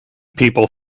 people